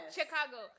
Chicago